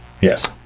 yes